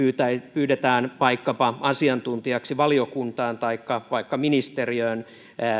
pyydetään vaikkapa asiantuntijaksi valiokuntaan taikka vaikka ministeriöön